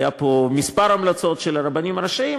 היו פה כמה המלצות של הרבנים הראשיים,